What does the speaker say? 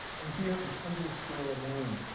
and here, in kendall square alone,